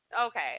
okay